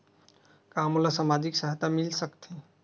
का मोला सामाजिक सहायता मिल सकथे?